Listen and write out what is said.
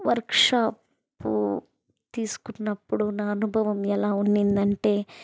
work shop తీసుకున్నప్పుడు నా అనుభవం ఎలా ఉన్నిందంటే